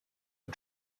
are